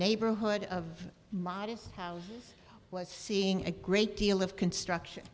neighborhood of modest house was seeing a great deal of construction